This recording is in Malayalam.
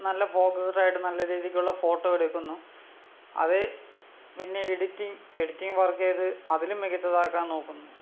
നല്ല ഫോക്കസ്ഡ് ആയിട്ട് നല്ല രീതിക്കുള്ള ഫോട്ടോ എടുക്കുന്നു അത് പിന്നെ എഡിറ്റിംഗ് എഡിറ്റിംഗ് വർക്ക് ചെയ്ത് അതിലും മികച്ചതാക്കാൻ നോക്കുന്നു